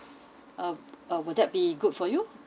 uh would that be good for you